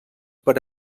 per